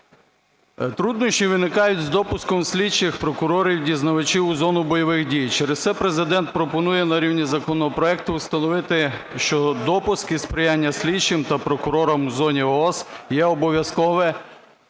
Труднощі виникають з допуском слідчих, прокурорів, дізнавачів у зону бойових дій. Через це Президент пропонує на рівні законопроекту встановити, що допуски сприяння слідчим та прокурорам у зоні ООС є обов'язкове